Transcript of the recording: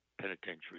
penitentiary